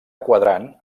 quadrant